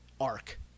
arc